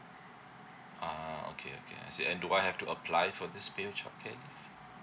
ah okay okay I see and do I have to apply for this paid childcare leave